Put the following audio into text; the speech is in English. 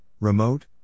remote